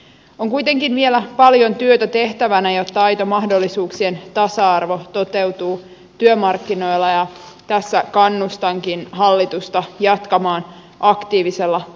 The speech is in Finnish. on vielä kuitenkin paljon työtä tehtävänä jotta aito mahdollisuuksien tasa arvo toteutuu työmarkkinoilla ja tässä kannustankin hallitusta jatkamaan aktiivisella otteella